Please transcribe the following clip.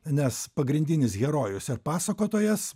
nes pagrindinis herojus ir pasakotojas